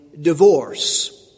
divorce